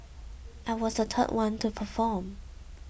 I was the third one to perform